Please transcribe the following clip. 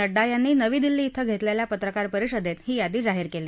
नड्डा यांनी नवी दिल्ली इथं घेतलेल्या पत्रकार परिषदेत ही यादी जाहीर केली